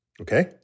okay